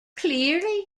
clearly